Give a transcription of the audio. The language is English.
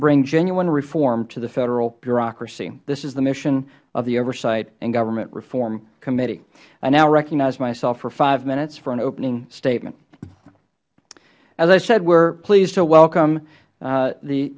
bring genuine reform to the federal bureaucracy this is the mission of the oversight and government reform committee i now recognize myself for five minutes for an opening statement as i said we are pleased to welcome